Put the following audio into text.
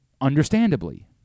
Understandably